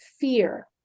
Fear